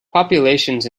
populations